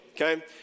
okay